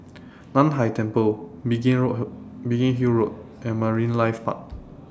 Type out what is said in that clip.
NAN Hai Temple Biggin Biggin Hill Road and Marine Life Park